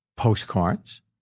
Postcards